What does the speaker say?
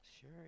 sure